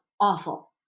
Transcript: awful